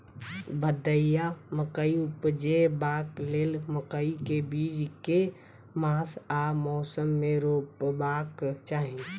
भदैया मकई उपजेबाक लेल मकई केँ बीज केँ मास आ मौसम मे रोपबाक चाहि?